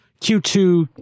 Q2